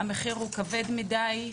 המחיר הוא כבד מדי.